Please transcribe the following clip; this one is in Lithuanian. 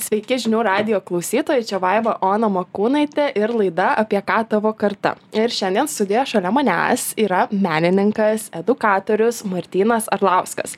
sveiki žinių radijo klausytojai čia vaiva ona makūnaitė ir laida apie ką tavo karta ir šiandien studijoj šalia manęs yra menininkas edukatorius martynas arlauskas